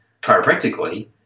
chiropractically